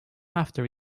after